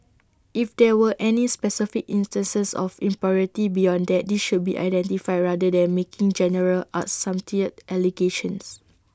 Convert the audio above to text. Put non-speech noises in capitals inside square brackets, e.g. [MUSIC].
if there were any specific instances of impropriety beyond that these should be identified rather than making general [UNINTELLIGIBLE] allegations